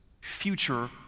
future